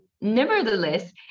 nevertheless